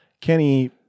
Kenny